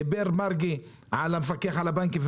דיבר מרגי על המפקח על הבנקים,